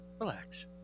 Relax